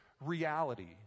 reality